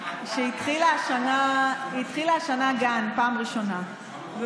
והיא התחילה השנה גן, בפעם הראשונה, מברוכ.